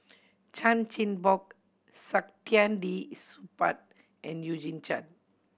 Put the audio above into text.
Chan Chin Bock Saktiandi Supaat and Eugene Chen